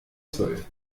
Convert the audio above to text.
zwölf